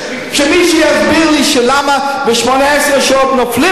שמישהו יסביר לי למה ב-18 שעות נופלים